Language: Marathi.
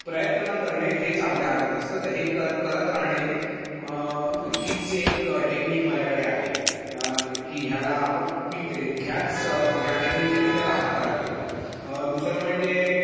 प्रयत्न करणे हेच आपल्या हातात असतं तर हे कर करत राहणे म हीच एक टेक्निक माझ्याकडे आहे की ह्याला आपण मी ते ह्याच ह्या टेक्निक नेहमी त्याला हाताळतो दुसरं म्हणजे